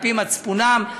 על-פי מצפונם,